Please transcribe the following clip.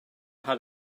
how